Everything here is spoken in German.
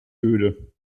öde